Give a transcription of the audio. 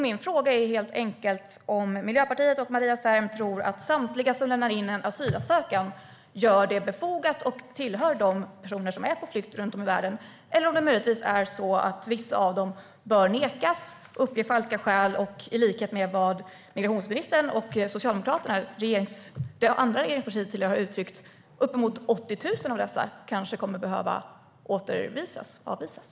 Min fråga är helt enkelt om Miljöpartiet och Maria Ferm tror att samtliga som lämnar in en asylansökan gör det befogat och tillhör de personer som är på flykt runt om i världen. Eller är det möjligtvis så att vissa av dem uppger falska skäl och bör nekas? Jag undrar om det är så som migrationsministern och Socialdemokraterna, det andra regeringspartiet, tidigare har uttryckt: att uppemot 80 000 av dessa kanske kommer att behöva avvisas.